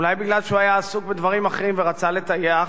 אולי מפני שהוא היה עסוק בדברים אחרים ורצה לטייח?